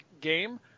game